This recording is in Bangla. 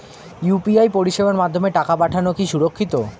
ইউ.পি.আই পরিষেবার মাধ্যমে টাকা পাঠানো কি সুরক্ষিত?